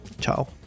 Ciao